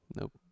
Nope